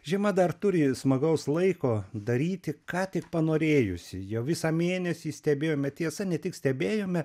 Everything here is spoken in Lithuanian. žiema dar turi smagaus laiko daryti ką tik panorėjusi jau visą mėnesį stebėjome tiesa ne tik stebėjome